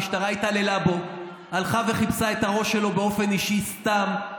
המשטרה התעללה בו והלכה וחיפשה את הראש שלו באופן אישי סתם,